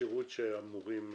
השירות שאמורים לקבל.